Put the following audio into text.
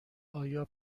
آیا